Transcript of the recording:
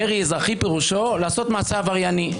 מרי אזרחי פירושו לעשות מעשה עברייני.